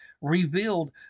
revealed